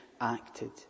acted